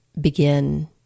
begin